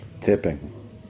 Tipping